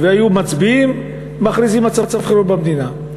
והיו מצביעים, מכריזים על מצב חירום במדינה.